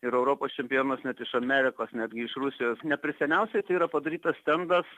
ir europos čempionus net iš amerikos netgi iš rusijos ne per seniausiai tai yra padarytas stendas